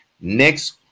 next